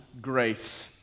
grace